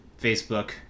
Facebook